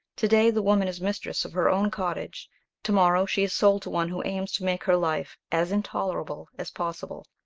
to-day the woman is mistress of her own cottage to-morrow she is sold to one who aims to make her life as intolerable as possible.